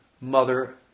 mother